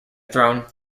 throne